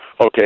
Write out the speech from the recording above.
Okay